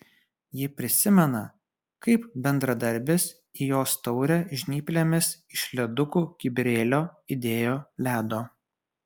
ji prisimena kaip bendradarbis į jos taurę žnyplėmis iš ledukų kibirėlio įdėjo ledo